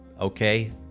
Okay